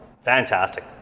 Fantastic